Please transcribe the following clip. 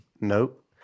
Nope